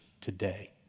today